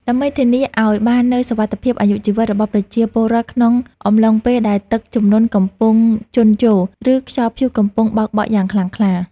ដើម្បីធានាឱ្យបាននូវសុវត្ថិភាពអាយុជីវិតរបស់ប្រជាពលរដ្ឋក្នុងអំឡុងពេលដែលទឹកជំនន់កំពុងជន់ជោរ ឬខ្យល់ព្យុះកំពុងបោកបក់យ៉ាងខ្លាំងក្លា។